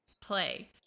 play